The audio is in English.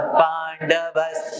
pandavas